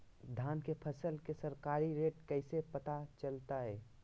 धान के फसल के सरकारी रेट कैसे पता चलताय?